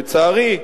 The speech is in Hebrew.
לצערי,